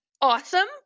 awesome